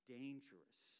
dangerous